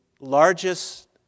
largest